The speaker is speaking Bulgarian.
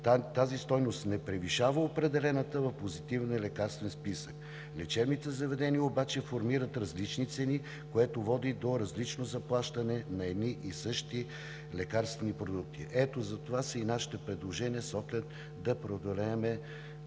Тази стойност не превишава определената в Позитивния лекарствен списък. Лечебните заведения обаче формират различни цени, което води до различно заплащане на едни и същи лекарствени продукти. Ето затова са и нашите предложения с оглед да преодолеем